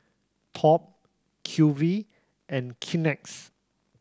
Top Q V and Kleenex